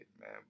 man